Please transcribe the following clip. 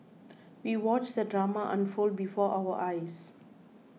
we watched the drama unfold before our eyes